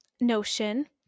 notion